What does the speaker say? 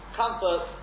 comfort